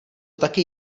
taky